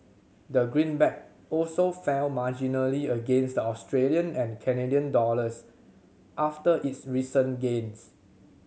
the greenback also fell marginally against the Australian and Canadian dollars after its recent gains